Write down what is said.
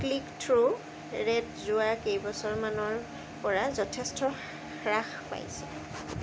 click through rate যোৱা কেইবছৰমানৰ পৰা যথেষ্ট হ্ৰাস পাইছে